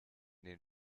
den